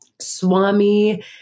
Swami